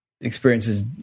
experiences